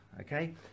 okay